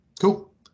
Cool